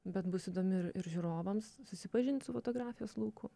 bet bus įdomi ir ir žiūrovams susipažint su fotografijos lauku